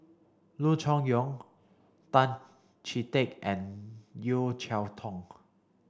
Loo Choon Yong Tan Chee Teck and Yeo Cheow Tong